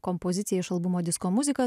kompozicija iš albumo disko muzika